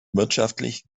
wirtschaftlich